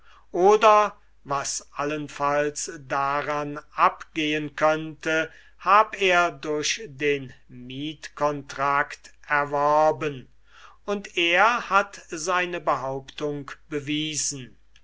oder was allenfalls daran abgehen könnte hab er durch den mietcontract erworben und was er behauptete hat er bewiesen